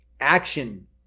Action